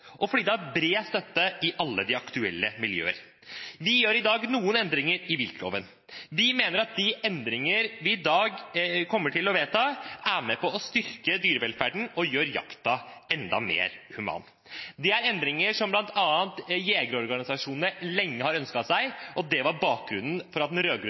har bred støtte i alle de aktuelle miljøer. Vi gjør i dag noen endringer i viltloven. Vi mener at de endringer vi i dag kommer til å vedta, er med på å styrke dyrevelferden og gjør jakten enda mer human. Dette er endringer som bl.a. jegerorganisasjonene lenge har ønsket seg, og det var bakgrunnen for at den